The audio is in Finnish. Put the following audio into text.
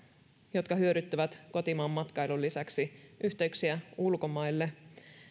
jotka hyödyttävät kotimaanmatkailun lisäksi yhteyksiä ulkomaille